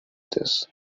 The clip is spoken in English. this